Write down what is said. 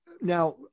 now